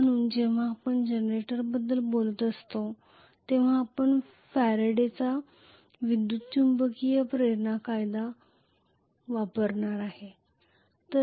म्हणून जेव्हा आपण जनरेटरबद्दल बोलत असतो तेव्हा आपण फॅराडेचा Faraday's विद्युत चुंबकीय प्रेरण कायदा वापरणार आहोत